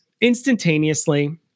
instantaneously